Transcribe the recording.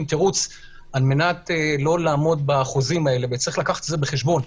תירוץ על מנת לא לעמוד בחוזים וצריך לקחת את זה בחשבון.